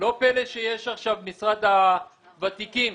לא פלא שיש עכשיו את המשרד לאזרחים ותיקים